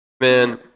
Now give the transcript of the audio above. Man